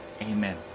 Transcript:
Amen